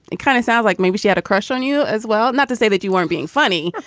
it kind of sounds like maybe she had a crush on you as well not to say that you weren't being funny,